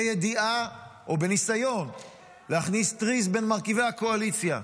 בידיעה או בניסיון להכניס טריז בין מרכיבי הקואליציה.